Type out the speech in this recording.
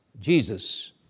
Jesus